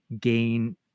gain